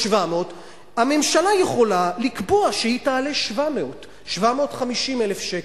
הממשלה יכולה לקבוע שהיא תעלה 700,000 750,000 שקל.